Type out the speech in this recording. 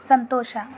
ಸಂತೋಷ